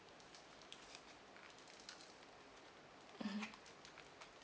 mmhmm